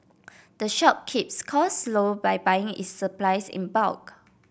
the shop keeps cost low by buying its supplies in bulk